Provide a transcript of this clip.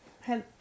help